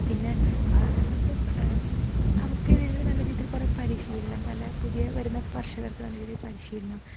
പിന്നെ നമുക്ക് അവർക്കിടയിൽ നല്ല രീതിയിൽ കുറേ പരിശീലനം നല്ല പുതിയ വരുന്ന കർഷകർക്ക് നല്ല രീതിയിൽ പരിശീലനം